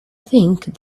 think